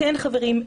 כן חברים,